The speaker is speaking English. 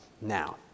now